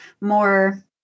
more